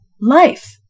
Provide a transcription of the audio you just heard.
life